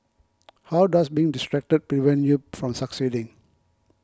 how does being distracted prevent you from succeeding